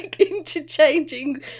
interchanging